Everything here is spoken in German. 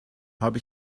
habe